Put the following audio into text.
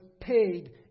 paid